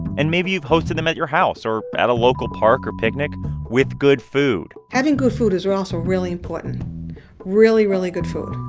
and maybe you've hosted them at your house or at a local park or picnic with good food having good food is also really important really, really good food,